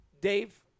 Dave